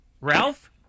Ralph